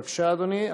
בבקשה, אדוני.